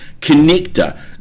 Connector